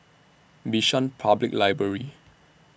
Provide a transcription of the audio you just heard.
Bishan Public Library